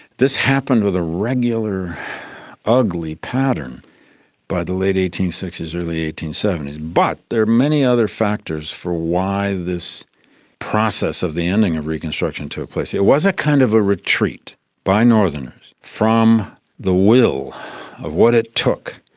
this happened with a regular ugly pattern by the late eighteen sixty s, early eighteen seventy s. but there are many other factors for why this process of the ending of reconstruction took place. it was a kind of a retreat by northerners from the will of what it took.